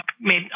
made